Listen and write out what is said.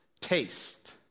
taste